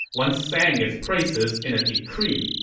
once sang its praises in a decree.